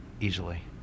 easily